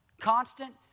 Constant